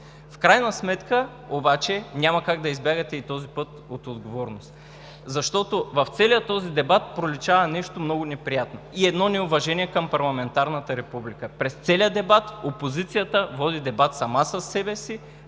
В крайна сметка обаче няма как да избягате и този път от отговорност, защото в целия този дебат проличава нещо много неприятно и едно неуважение към парламентарната република: през целия дебат опозицията води дискусия сама със себе си,